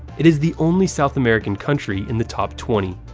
it is the only south american country in the top twenty.